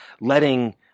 letting